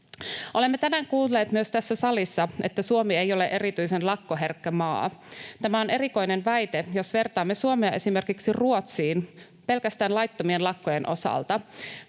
Olemme tänään kuulleet myös tässä salissa, että Suomi ei ole erityisen lakkoherkkä maa. Tämä on erikoinen väite. Jos vertaamme Suomea esimerkiksi Ruotsiin, pelkästään laittomien lakkojen osalta,